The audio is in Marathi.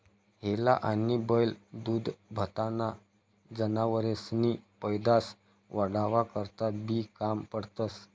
हेला आनी बैल दूधदूभताना जनावरेसनी पैदास वाढावा करता बी काम पडतंस